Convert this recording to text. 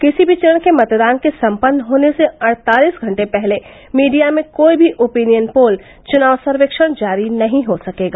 किसी भी चरण के मतदान के सम्पन्न होने से अड़तालिस घंटे पहले मीडिया में कोई भी ओपीनियन पोल चुनाव सर्वेक्षण जारी नहीं हो सकेगा